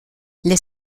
les